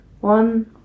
One